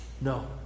No